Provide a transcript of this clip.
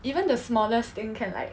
even the smallest thing can like